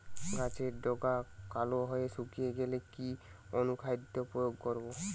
গাছের ডগা কালো হয়ে শুকিয়ে গেলে কি অনুখাদ্য প্রয়োগ করব?